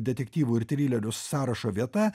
detektyvų ir trilerių sąrašo vieta